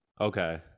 Okay